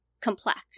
complex